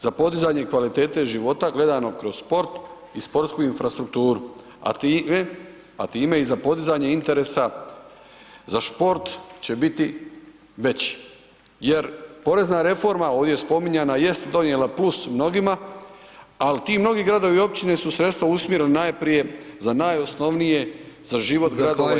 Za podizanje kvalitete života gledano kroz sport i sportsku infrastrukturu a tim i za podizanje interesa za šport će biti veći jer porezna reforma ovdje spominjana jest donijela plus mnogima ali ti mnogi gradovi i općine su sredstva usmjerena najprije za najosnovnije za život gradova i općina.